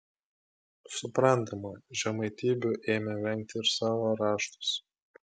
suprantama žemaitybių ėmė vengti ir savo raštuose